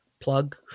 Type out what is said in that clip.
plug